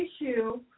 issue